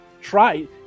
Try